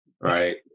right